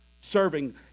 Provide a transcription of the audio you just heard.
Serving